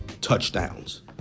touchdowns